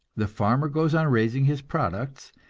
the farmer goes on raising his products,